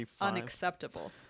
Unacceptable